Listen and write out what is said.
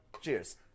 Cheers